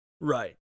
Right